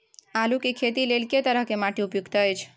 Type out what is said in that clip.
आलू के खेती लेल के तरह के माटी उपयुक्त अछि?